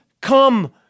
Come